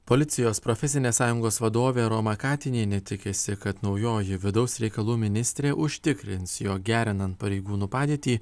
policijos profesinės sąjungos vadovė roma katinienė tikisi kad naujoji vidaus reikalų ministrė užtikrins jog gerinant pareigūnų padėtį